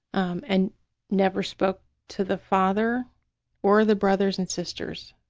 um and never spoke to the father or the brothers and sisters.